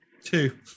Two